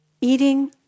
Eating